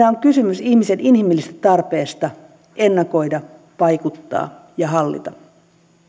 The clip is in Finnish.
on kysymys ihmisen inhimillisestä tarpeesta ennakoida vaikuttaa ja hallita